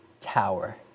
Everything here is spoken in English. tower